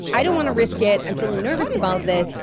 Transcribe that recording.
i don't want to risk it, i'm feeling nervous about this.